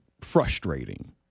frustrating